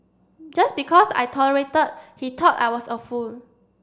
just because I tolerated he thought I was a fool